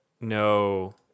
No